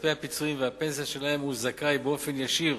כספי הפיצויים והפנסיה שלהם הוא זכאי באופן ישיר